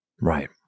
Right